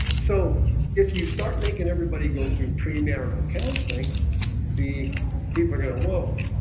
so if you start making everybody go through premarital counseling the people are going to whoa,